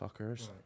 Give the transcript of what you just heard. fuckers